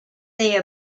they